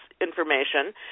information